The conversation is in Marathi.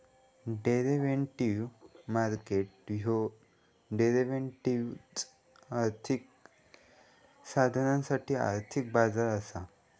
डेरिव्हेटिव्ह मार्केट ह्यो डेरिव्हेटिव्ह्ज, आर्थिक साधनांसाठी आर्थिक बाजार असा